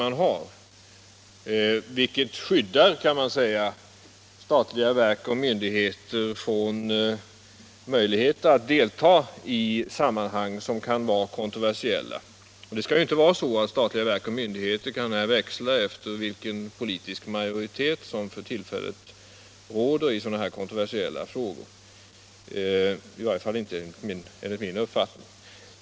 Detta skyddar statliga verk och myndigheter från att behöva delta i sammanhang som kan vara kontroversiella. Det skall inte vara så att statliga verk och myndigheter kan växla uppfattning i sådana frågor efter vilken politisk majoritet som för tillfället föreligger.